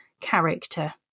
character